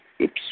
Oops